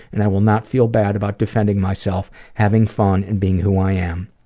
and i will not feel bad about defending myself, having fun, and being who i am.